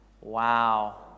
Wow